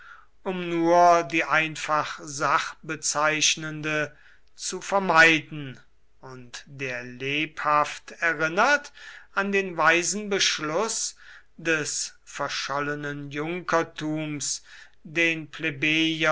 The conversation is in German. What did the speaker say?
um nur die einfach sachbezeichnende zu vermeiden und der lebhaft erinnert an den weisen beschluß des verschollenen junkertums den